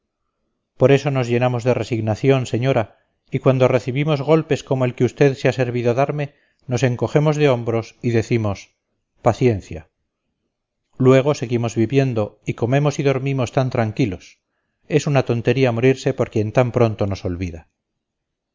por eso nos llenamos de resignación señora y cuando recibimos golpes como el que usted se ha servido darme nos encogemos de hombros y decimos paciencia luego seguimos viviendo y comemos y dormimos tan tranquilos es una tontería morirse por quien tan pronto nos olvida